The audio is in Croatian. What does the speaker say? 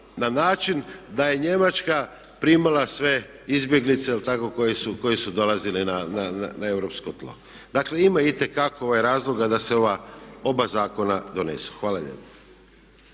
na način da je Njemačka primala sve izbjeglice koje su dolazile na europsko tlo. Dakle, ima itekako razloga da se ova oba zakona donesu. Hvala lijepo.